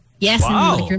Yes